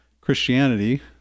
Christianity